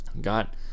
got